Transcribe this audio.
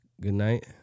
goodnight